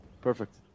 Perfect